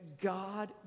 God